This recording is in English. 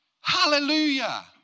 Hallelujah